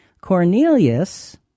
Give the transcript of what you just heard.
Cornelius